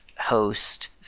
host